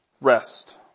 Rest